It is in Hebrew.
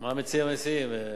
מה מציעים המציעים?